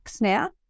now